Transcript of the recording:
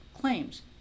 claims